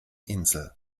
insel